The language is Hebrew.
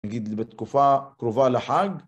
נגיד לבתקופה קרובה לחג